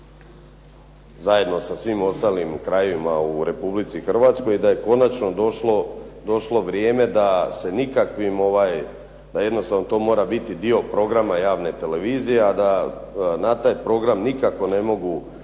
zajedno sa svim ostalim krajevima u Republici Hrvatskoj i da je konačno došlo vrijeme da jednostavno to mora biti dio programa javne televizije, a da na taj program nikako ne mogu